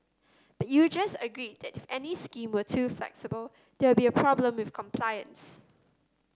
you just agreed that any scheme were too flexible there would be a problem with compliance